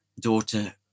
daughter